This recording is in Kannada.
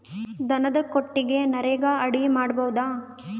ದನದ ಕೊಟ್ಟಿಗಿ ನರೆಗಾ ಅಡಿ ಮಾಡಬಹುದಾ?